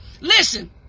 listen